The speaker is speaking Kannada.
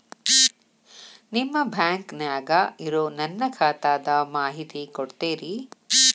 ನಿಮ್ಮ ಬ್ಯಾಂಕನ್ಯಾಗ ಇರೊ ನನ್ನ ಖಾತಾದ ಮಾಹಿತಿ ಕೊಡ್ತೇರಿ?